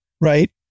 right